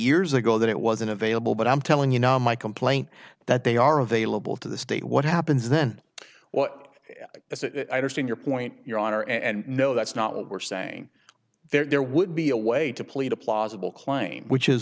years ago that it wasn't available but i'm telling you now my complaint that they are available to the state what happens then what as i understand your point your honor and no that's not what we're saying there would be a way to plead a plausible claim which is